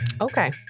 Okay